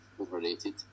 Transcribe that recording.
overrated